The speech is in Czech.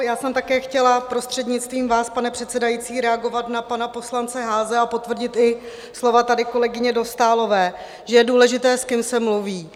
Já jsem také chtěla prostřednictvím vás, pane předsedající, reagovat na pana poslance Haase a potvrdit i slova tady kolegyně Dostálové, že je důležité, s kým se mluví.